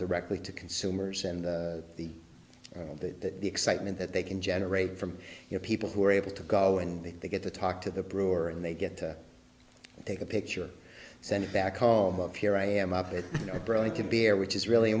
directly to consumers and the that the excitement that they can generate from you know people who are able to go and they get to talk to the brewer and they get to take a picture send it back home up here i am up it are growing to be here which is really